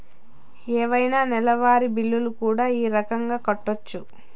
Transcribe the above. ఏవైనా నెలవారి బిల్లులు కూడా ఈ రకంగా కట్టొచ్చు